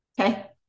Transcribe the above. Okay